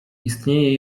istnieje